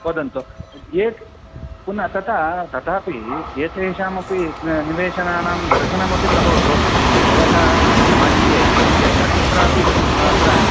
वदन्तु ए पुन तथा तथापि एतेषामपि निवेशनानां दर्शनमपि करोतु भवतः भाग्ये यत्र कुत्रापि अत्र